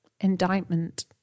Indictment